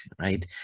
right